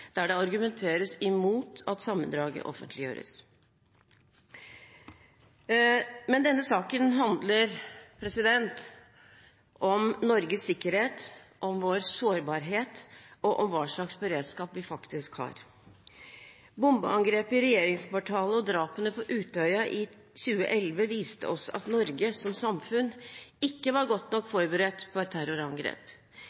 der det argumenteres imot at sammendraget offentliggjøres. Denne saken handler om Norges sikkerhet, om vår sårbarhet, og om hva slags beredskap vi faktisk har. Bombeangrepet i regjeringskvartalet og drapene på Utøya i 2011 viste oss at Norge som samfunn ikke var godt nok